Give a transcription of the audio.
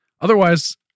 Otherwise